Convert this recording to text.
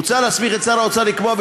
מוצע להסמיך את שר האוצר לקבוע,